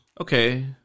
Okay